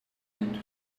hand